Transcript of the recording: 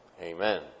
Amen